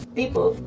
people